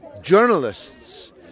journalists